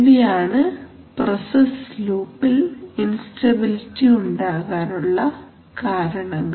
ഇവയാണ് പ്രോസസ്സ് ലൂപ്പിൽ ഇൻസ്റ്റബിലിറ്റി ഉണ്ടാകാനുള്ള കാരണങ്ങൾ